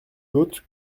hautes